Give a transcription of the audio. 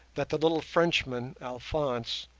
that the little frenchman, alphonse,